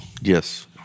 Yes